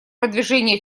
продвижения